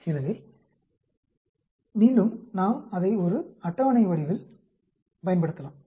எனவே மீண்டும் நாம் அதை ஒரு அட்டவணை வடிவில் பயன்படுத்தலாம்